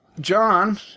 John